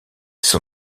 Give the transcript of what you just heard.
son